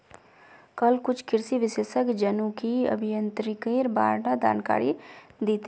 कल कुछ कृषि विशेषज्ञ जनुकीय अभियांत्रिकीर बा र जानकारी दी तेक